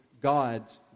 God's